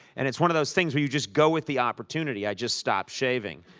and it's one of those things where you just go with the opportunity. i just stopped shaving.